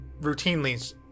routinely